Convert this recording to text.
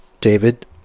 David